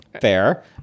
Fair